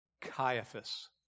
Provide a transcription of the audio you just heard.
Caiaphas